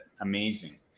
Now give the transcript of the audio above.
amazing